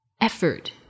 effort